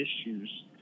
issues